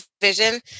vision